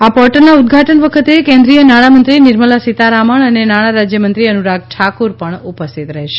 આ પોર્ટલના ઉદ્વાટન વખતે કેન્દ્રીય નાણામંત્રી નિર્મલા સીતારમણ અને નાણાં રાજ્યમંત્રી અનુરાગ ઠાકુર પણ ઉપસ્થિત રહેશે